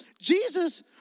Jesus